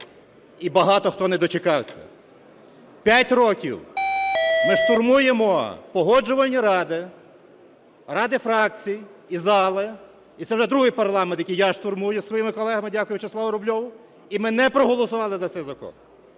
і багато хто не дочекався. П'ять років ми штурмуємо погоджувальні ради, ради фракцій і зали, і це вже другий парламент, який я штурмую зі своїми колегами, дякую Вячеславу Рубльову, і ми не проголосували за цей закон.